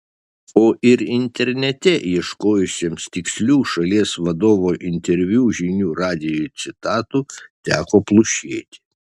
o ir internete ieškojusiems tikslių šalies vadovo interviu žinių radijui citatų teko plušėti